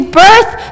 birth